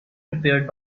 prepared